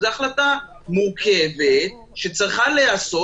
זו החלטה מורכבת שצריכה להיעשות.